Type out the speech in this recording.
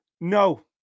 No